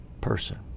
person